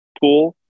pool